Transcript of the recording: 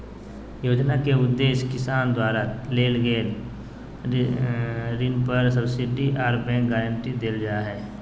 योजना के उदेश्य किसान द्वारा लेल गेल ऋण पर सब्सिडी आर बैंक गारंटी देल जा हई